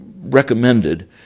recommended